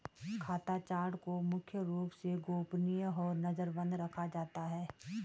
खाता चार्ट को मुख्य रूप से गोपनीय और नजरबन्द रखा जाता है